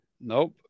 Nope